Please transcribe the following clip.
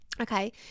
Okay